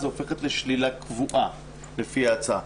זה הופך לשלילה קבועה לפי ההצעה.